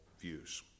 views